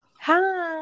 Hi